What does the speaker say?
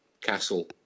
castle